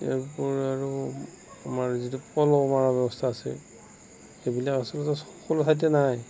ইয়াৰ পৰা আৰু আমাৰ যিটো পল' মৰাৰ ব্যৱস্থা আছে সেইবিলাক আচলতে সকলো ঠাইতে নাই